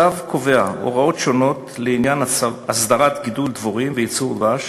הצו קובע הוראות שונות לעניין הסדרת גידול דבורים וייצור דבש,